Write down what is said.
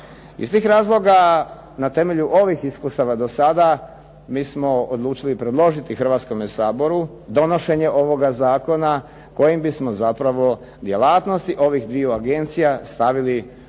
Iz tih razloga na temelju ovih iskustava do sada mi smo odlučili predložiti Hrvatskome saboru donošenje ovoga zakona kojim bismo zapravo djelatnosti ovih dviju agencija stavili u